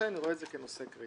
לכן, אני רואה את זה כנושא קריטי.